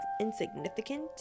insignificant